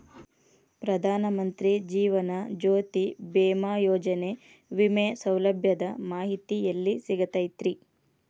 ಪ್ರಧಾನ ಮಂತ್ರಿ ಜೇವನ ಜ್ಯೋತಿ ಭೇಮಾಯೋಜನೆ ವಿಮೆ ಸೌಲಭ್ಯದ ಮಾಹಿತಿ ಎಲ್ಲಿ ಸಿಗತೈತ್ರಿ?